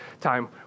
time